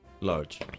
large